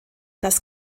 das